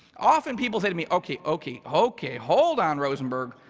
often people say to me, okay, okay, okay, hold on rosenberg,